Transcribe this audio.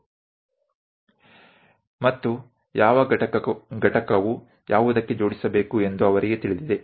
અને તેઓ જાણે છે કે કયા ભાગને ઘટકને કેવી રીતે જોડવાનો સંયોજન કરવાનો છે